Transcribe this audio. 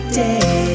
day